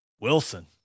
Wilson